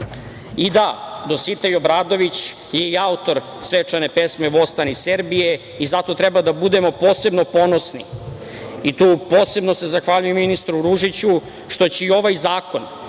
da, Dositej Obradović je i autor svečane pesme „Vostani Serbije“ i zato treba da budemo posebno ponosni. I tu se posebno zahvaljujem ministru Ružiću što će i ovaj zakon